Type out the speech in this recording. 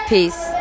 Peace